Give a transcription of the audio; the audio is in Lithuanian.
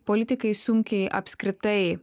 politikai sunkiai apskritai